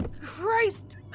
Christ